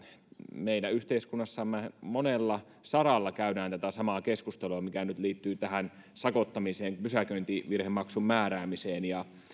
meidän yhteiskunnassamme monella saralla käydään tätä samaa keskustelua mikä nyt liittyy tähän sakottamiseen pysäköintivirhemaksun määräämiseen ja